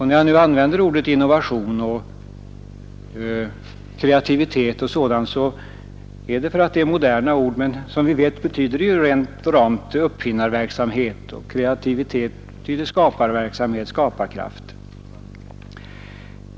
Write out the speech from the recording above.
När jag nu använder orden innovation, kreativitet m.m. så är det för att det är moderna ord, men som vi vet betyder innovation uppfinnarverksamhet och kreativitet betyder skaparverksamhet, skaparförmåga.